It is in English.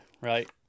right